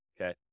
Okay